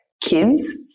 kids